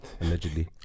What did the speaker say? allegedly